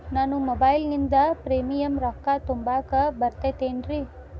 ನಾನು ಮೊಬೈಲಿನಿಂದ್ ಪ್ರೇಮಿಯಂ ರೊಕ್ಕಾ ತುಂಬಾಕ್ ಬರತೈತೇನ್ರೇ?